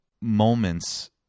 moments